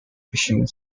fishing